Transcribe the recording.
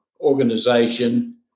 organization